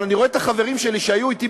אבל אני רואה את החברים שלי שהיו אתי